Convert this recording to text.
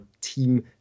team